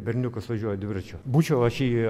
berniukas važiuoja dviračiu būčiau aš jį